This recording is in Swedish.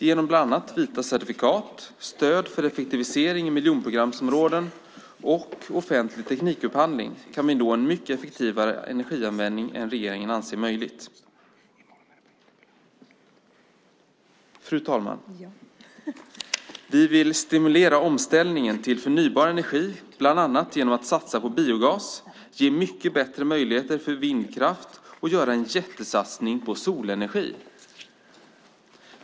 Genom bland annat vita certifikat, stöd för energieffektivisering i miljonprogramsområden och offentlig teknikupphandling kan vi nå en mycket effektivare energianvändning än regeringen anser möjligt. Fru talman! Vi vill stimulera omställningen till förnybar energi bland annat genom att satsa på biogas, ge mycket bättre möjligheter för vindkraft och göra en jättesatsning på solenergi.